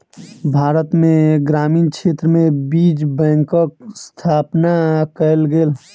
भारत में ग्रामीण क्षेत्र में बीज बैंकक स्थापना कयल गेल